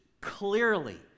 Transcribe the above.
clearly